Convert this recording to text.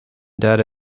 data